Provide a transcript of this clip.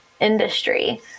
industry